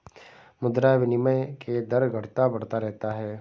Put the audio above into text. मुद्रा विनिमय के दर घटता बढ़ता रहता है